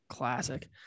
Classic